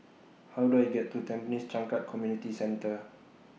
How Do I get to Tampines Changkat Community Centre